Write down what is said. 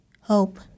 hope